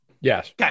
Yes